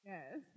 Yes